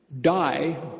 die